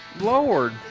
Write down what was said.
Lord